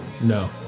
No